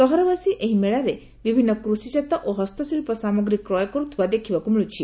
ସହରବାସୀ ଏହି ମେଳାରେ ବିଭିନୁ କୃଷିଜାତ ଓ ହସ୍ତଶିଳ ସାମଗ୍ରୀ କ୍ରୟ କରୁଥିବା ଦେଖିବାକୁ ମିଳୁଛି